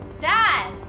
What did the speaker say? Dad